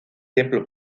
templo